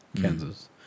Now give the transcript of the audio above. Kansas